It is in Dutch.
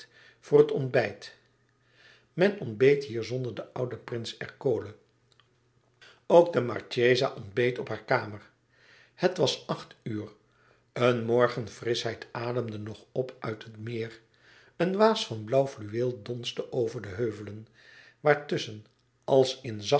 voor het ontbijt men ontbeet hier zonder den ouden prins ercole ook de marchesa ontbeet op haar kamer het was acht uur een morgenfrischheid ademde nog op uit het meer een waas van blauw fluweel donsde over de heuvelen waartusschen als in